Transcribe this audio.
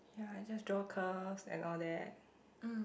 ya is just draw curves and all that